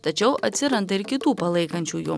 tačiau atsiranda ir kitų palaikančiųjų